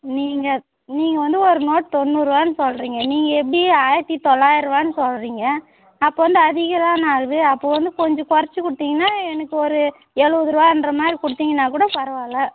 நீங்கள் நீங்கள் வந்து ஒரு நோட் தொண்ணூறுவான்னு சொல்லுறீங்க நீங்கள் எப்படி ஆயிரத்து தொள்ளாயிருவான்னு சொல்லுறீங்க அப்போ வந்து அதிகதானே ஆகுது அப்போ வந்து கொஞ்சம் குறச்சி கொடுத்தீங்கன்னா எனக்கு ஒரு எழுவதுருவான்றமாரி கொடுத்தீங்கன்னா கூட பரவாயில்லை